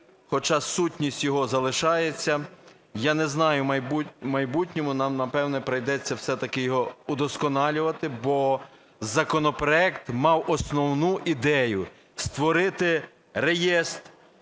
хоча сутність його залишається. Я не знаю, у майбутньому нам, напевно, прийдеться все-таки його удосконалювати, бо законопроект мав основну ідею: створити реєстр,